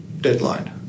deadline